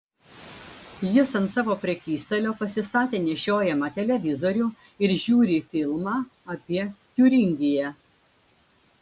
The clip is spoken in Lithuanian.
jis ant savo prekystalio pasistatė nešiojamą televizorių ir žiūri filmą apie tiuringiją